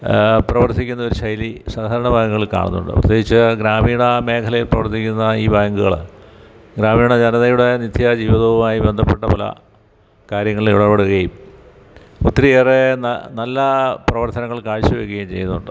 പ്രവർത്തിക്കുന്ന ഒരു ശൈലി സഹകരണ ബാങ്കുകളിൽ കാണുന്നുണ്ട് പ്രത്യേകിച്ച് ഗ്രാമീണ മേഖലയില് പ്രവർത്തിക്കുന്ന ഈ ബാങ്കുകള് ഗ്രാമീണ ജനതയുടെ നിത്യജീവിതവുമായി ബന്ധപ്പെട്ട പല കാര്യങ്ങളിലിടപെടുകയും ഒത്തിരിയേറെ ന നല്ല പ്രവർത്തനങ്ങൾ കാഴ്ചവെക്കുകയും ചെയ്യുന്നുണ്ട്